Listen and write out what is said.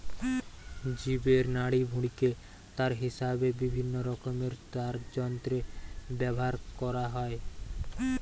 জীবের নাড়িভুঁড়িকে তার হিসাবে বিভিন্নরকমের তারযন্ত্রে ব্যাভার কোরা হয়